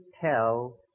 tell